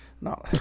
No